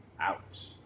Ouch